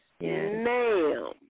ma'am